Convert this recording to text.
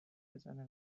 بزنه